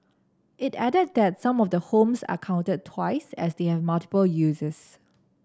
it added that some of the homes are counted twice as they have multiple uses